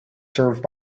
served